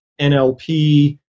NLP